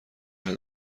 باید